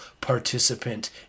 participant